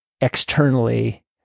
externally